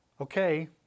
okay